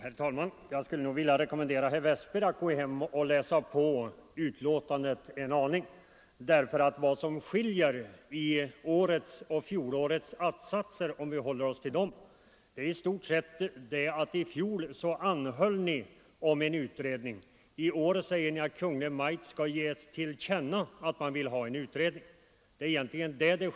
Herr talman! Jag skulle nog vilja rekommendera herr Westberg att gå hem och läsa på betänkandet en gång till. Det som skiljer i årets och fjolårets att-satser — om vi nu håller oss till dem — är i stort sett det att ni i fjol anhöll om en utredning, medan ni i år säger att riksdagen skall ge Kungl. Maj:t till känna att man vill ha en utredning.